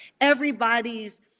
Everybody's